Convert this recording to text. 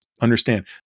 Understand